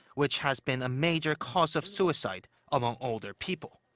which has been a major cause of suicide among older people.